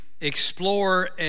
explore